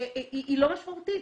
היא לא משמעותית.